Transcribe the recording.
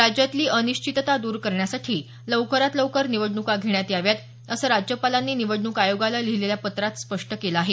राज्यातली अनिश्चितता दर करण्यासाठी लवकरात लवकर निवडणुका घेण्यात याव्यात असं राज्यपालांनी निवडणूक आयोगला लिहीलेल्या पत्रात स्पष्ट केलं आहे